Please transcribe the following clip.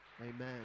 amen